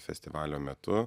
festivalio metu